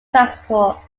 transport